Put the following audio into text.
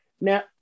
Now